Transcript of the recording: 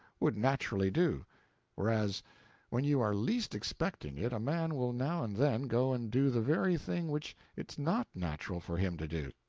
would naturally do whereas when you are least expecting it, a man will now and then go and do the very thing which it's not natural for him to do.